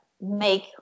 make